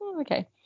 okay